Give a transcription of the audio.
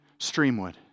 Streamwood